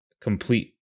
complete